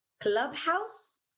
clubhouse